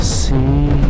see